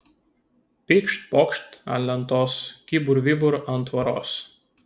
pykšt pokšt ant lentos kybur vybur ant tvoros